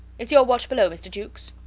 its your watch below, mr. jukes?